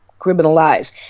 criminalized